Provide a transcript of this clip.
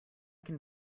can